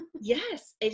yes